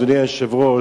אדוני היושב-ראש,